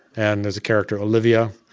and there is a character olivia,